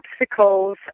obstacles